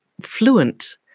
fluent